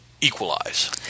equalize